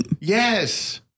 Yes